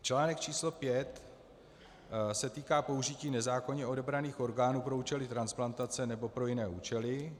Článek číslo pět se týká použití nezákonně odebraných orgánů pro účely transplantace nebo pro jiné účely.